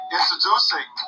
Introducing